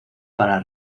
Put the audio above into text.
para